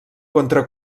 contra